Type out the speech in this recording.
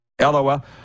LOL